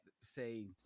say